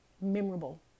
memorable